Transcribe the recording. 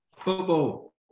Football